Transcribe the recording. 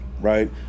right